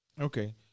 Okay